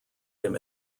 him